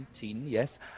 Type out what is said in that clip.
yes